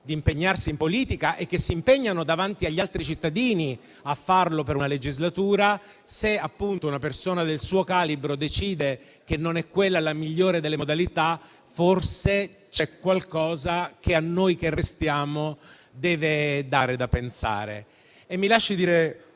di impegnarsi in politica e che davanti agli altri cittadini si impegnano a farlo per una legislatura: se una persona del suo calibro decide che non è quella la migliore delle modalità, forse c'è qualcosa che a noi che restiamo deve dare da pensare. Mi lasci dire